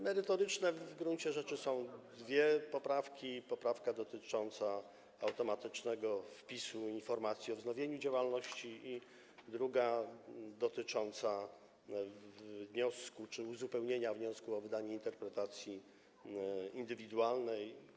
Merytoryczne w gruncie rzeczy są dwie poprawki: poprawka dotycząca automatycznego wpisu informacji o wznowieniu działalności i poprawka dotycząca uzupełnienia wniosku o wydanie interpretacji indywidualnej.